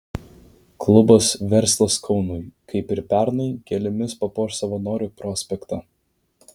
klubas verslas kaunui kaip ir pernai gėlėmis papuoš savanorių prospektą